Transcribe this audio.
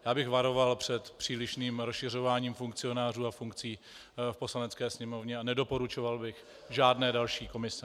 Já bych varoval před přílišným rozšiřováním funkcionářů a funkcí v Poslanecké sněmovně a nedoporučoval bych žádné další komise.